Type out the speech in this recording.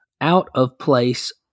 out-of-place